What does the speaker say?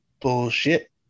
bullshit